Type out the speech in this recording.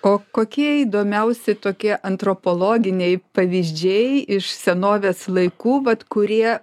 o kokie įdomiausi tokie antropologiniai pavyzdžiai iš senovės laikų vat kurie